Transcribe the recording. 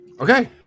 Okay